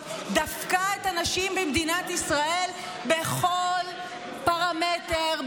דפקה את הנשים במדינת ישראל בכל פרמטר,